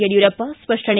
Yediyurappa ಸ್ಪಷ್ನೆ